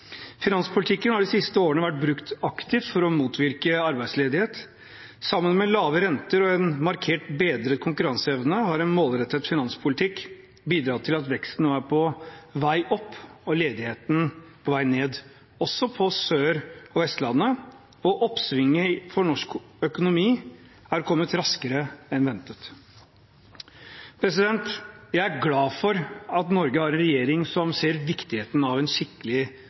Finanspolitikken har de siste årene vært brukt aktivt for å motvirke arbeidsledighet. Sammen med lave renter og en markert bedret konkurranseevne har en målrettet finanspolitikk bidratt til at veksten nå er på vei opp, og ledigheten på vei ned, også på Sør- og Vestlandet, og oppsvinget for norsk økonomi har kommet raskere enn ventet. Jeg er glad for at Norge har en regjering som ser viktigheten av en skikkelig